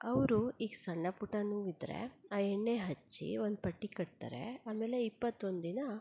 ಅವರು ಈಗ ಸಣ್ಣಪುಟ್ಟ ನೋವಿದ್ದರೆ ಆ ಎಣ್ಣೆ ಹಚ್ಚಿ ಒಂದು ಪಟ್ಟಿ ಕಟ್ತಾರೆ ಆಮೇಲೆ ಇಪ್ಪತ್ತೊಂದು ದಿನ